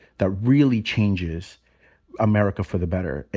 that really changes america for the better.